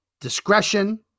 Discretion